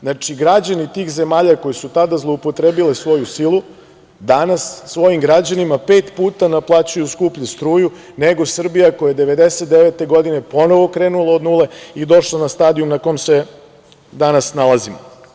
Znači, građani tih zemalja koje su tada zloupotrebile svoju silu, danas svojim građanima pet puta naplaćuju skuplju struju nego Srbija koja je 1999. godine ponovo krenula od nule i došla na stadijum na kom se danas nalazimo.